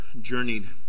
journeyed